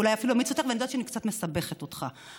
ואולי אני יודעת שאני קצת מסבכת אותך,